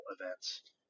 events